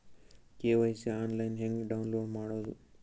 KYC online ಹೆಂಗ್ download ಮಾಡೋದು?